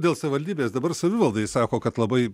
dėl savaldybės dabar savivaldai sako kad labai